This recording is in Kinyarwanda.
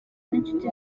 n’inshuti